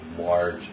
large